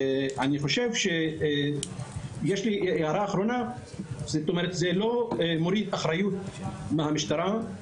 אני חושב שזה לא מוריד אחריות מהמשטרה.